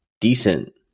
decent